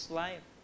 life